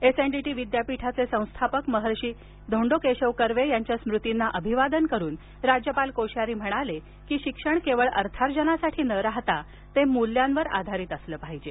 SNDT विद्यापीठाचे संस्थापक महर्षी कर्वे यांच्या स्मृतींना अभिवादन करून राज्यपाल कोश्यारी म्हणाले की शिक्षण केवळ अर्थार्जनासाठी न राहता ते मूल्यांवर आधारित असावे